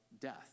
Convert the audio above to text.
death